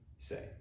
say